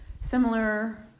Similar